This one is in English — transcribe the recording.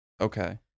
Okay